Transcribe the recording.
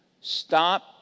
Stop